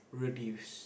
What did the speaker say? reduce